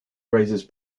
raises